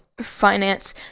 finance